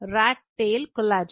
rat tail collagen